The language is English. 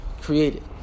created